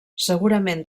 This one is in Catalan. segurament